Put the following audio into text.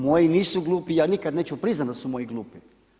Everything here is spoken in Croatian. Moji nisu glupi i ja nikada neću priznati da su moji glupi.